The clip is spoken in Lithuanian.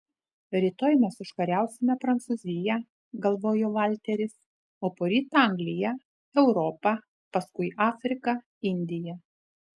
rytoj mes užkariausime prancūziją galvojo valteris o poryt angliją europą paskui afriką indiją